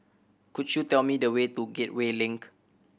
could you tell me the way to Gateway Link